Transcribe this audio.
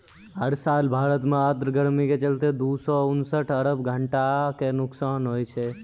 हर साल भारत मॅ आर्द्र गर्मी के चलतॅ दू सौ उनसठ अरब घंटा के नुकसान होय छै